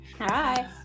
Hi